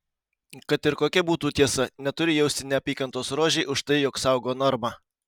kad ir kokia būtų tiesa neturiu jausti neapykantos rožei už tai jog saugo normą